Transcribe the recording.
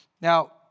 Now